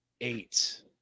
eight